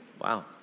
Wow